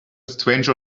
stranger